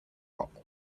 rock